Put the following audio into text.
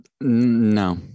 no